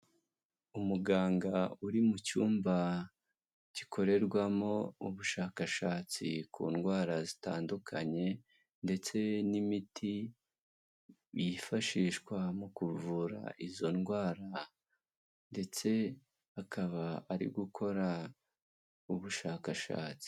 Umuganga uri mu cyumba gikorerwamo ubushakashatsi ku ndwara zitandukanye ndetse n'imiti yifashishwa mu kuvura izo ndwara ndetse akaba ari gukora ubushakashatsi.